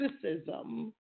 criticism